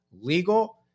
legal